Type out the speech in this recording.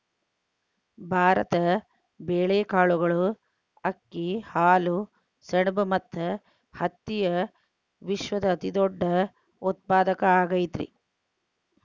ಭಾರತ ಬೇಳೆ, ಕಾಳುಗಳು, ಅಕ್ಕಿ, ಹಾಲು, ಸೆಣಬ ಮತ್ತ ಹತ್ತಿಯ ವಿಶ್ವದ ಅತಿದೊಡ್ಡ ಉತ್ಪಾದಕ ಆಗೈತರಿ